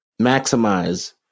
maximize